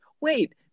wait